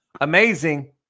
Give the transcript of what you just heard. Amazing